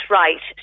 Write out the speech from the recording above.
right